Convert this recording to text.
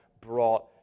brought